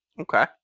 Okay